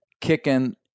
kicking